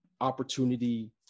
opportunity